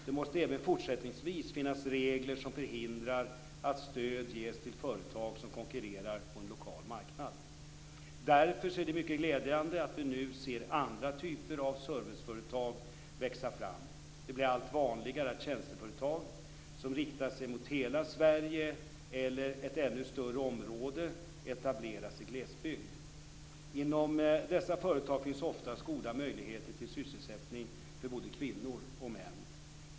Det måste även fortsättningsvis finnas regler som förhindrar att stöd ges till företag som konkurrerar på en lokal marknad. Därför är det mycket glädjande att vi nu ser andra typer av serviceföretag växa fram. Det blir allt vanligare att tjänsteföretag som riktar sig mot hela Sverige eller ett ännu större område etableras i glesbygd. Inom dessa företag finns ofta goda möjligheter till sysselsättning för både kvinnor och män.